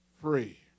free